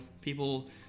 people